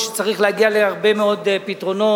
ושצריך להגיע בו להרבה מאוד פתרונות